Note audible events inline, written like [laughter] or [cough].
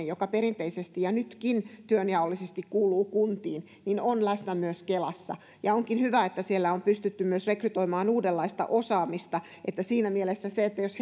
[unintelligible] joka perinteisesti ja nytkin työnjaollisesti kuuluu kuntiin on läsnä myös kelassa onkin hyvä että siellä on pystytty myös rekrytoimaan uudenlaista osaamista ja siinä mielessä se jos [unintelligible]